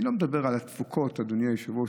אני לא מדבר על התפוקות, אדוני היושב-ראש.